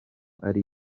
ari